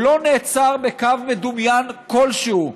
הוא לא נעצר בקו מדומיין כלשהו,